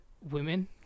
women